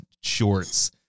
shorts